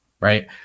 right